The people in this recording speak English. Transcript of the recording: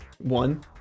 One